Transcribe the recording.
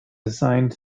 assigned